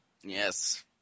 Yes